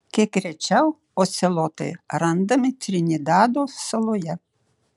kiek rečiau ocelotai randami trinidado saloje